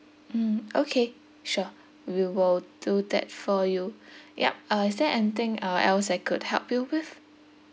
mm okay sure we will do that for you yup uh is there anything uh else I could help you with